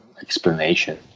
explanation